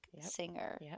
singer